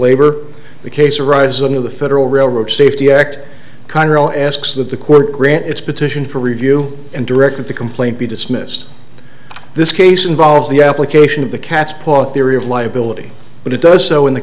labor the case arise of the federal railroad safety act chiral asks that the quote grant its petition for review and directed the complaint be dismissed this case involves the application of the cat's paw theory of liability but it does so in the